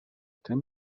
tym